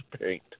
paint